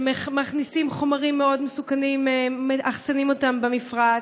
ומכניסים חומרים מאוד מסוכנים ומאחסנים אותם במפרץ,